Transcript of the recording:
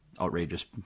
outrageous